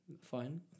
fine